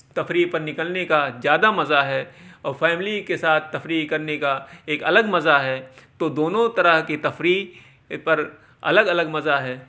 تفریح پر نکلنے کا زیادہ مزہ ہے اور فیملی کے ساتھ تفریح کرنے کا ایک الگ مزہ ہے تو دونوں طرح کی تفریح پر الگ الگ مزہ ہے